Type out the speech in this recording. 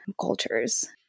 cultures